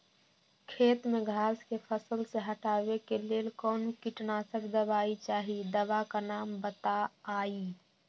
खेत में घास के फसल से हटावे के लेल कौन किटनाशक दवाई चाहि दवा का नाम बताआई?